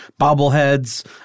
bobbleheads